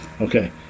Okay